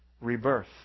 rebirth